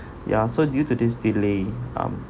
ya so due to this delay um